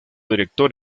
director